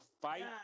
fight